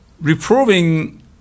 Reproving